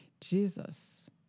Jesus